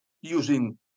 using